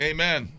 Amen